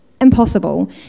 impossible